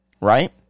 right